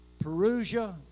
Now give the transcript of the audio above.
Perusia